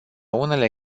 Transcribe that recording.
unele